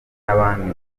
n’abandi